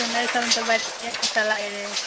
सुनय सॅं तऽ बढ़िऑं लागै रहै